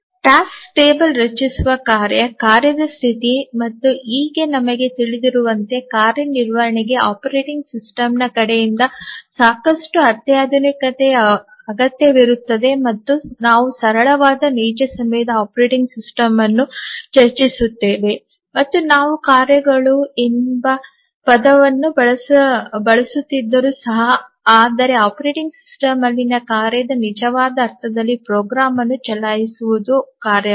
task table ರಚಿಸುವ ಕಾರ್ಯ ಕಾರ್ಯದ ಸ್ಥಿತಿ ಮತ್ತು ಹೀಗೆ ನಮಗೆ ತಿಳಿದಿರುವಂತೆ ಕಾರ್ಯ ನಿರ್ವಹಣೆಗೆ ಆಪರೇಟಿಂಗ್ ಸಿಸ್ಟಂನ ಕಡೆಯಿಂದ ಸಾಕಷ್ಟು ಅತ್ಯಾಧುನಿಕತೆಯ ಅಗತ್ಯವಿರುತ್ತದೆ ಮತ್ತು ನಾವು ಸರಳವಾದ ನೈಜ ಸಮಯದ ಆಪರೇಟಿಂಗ್ ಸಿಸ್ಟಮ್ ಅನ್ನು ಚರ್ಚಿಸುತ್ತಿದ್ದೇವೆ ಮತ್ತು ನಾವು ಕಾರ್ಯಗಳು ಎಂಬ ಪದವನ್ನು ಬಳಸುತ್ತಿದ್ದರೂ ಸಹ ಆದರೆ ಆಪರೇಟಿಂಗ್ ಸಿಸ್ಟಂನಲ್ಲಿನ ಕಾರ್ಯದ ನಿಜವಾದ ಅರ್ಥದಲ್ಲಿ ಪ್ರೋಗ್ರಾಂ ಅನ್ನು ಚಲಾಯಿಸುವುದು ಕಾರ್ಯವಲ್ಲ